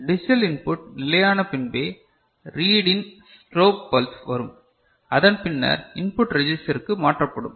digital input நிலையான பின்பே READ IN strobe pulse வரும் அதன் பின்னர் இன்புட் ரெஜிஸ்டருக்கு மாற்றப்படும்